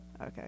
okay